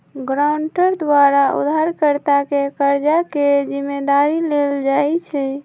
guarantor द्वारा उधारकर्ता के कर्जा के जिम्मदारी लेल जाइ छइ